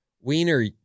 wiener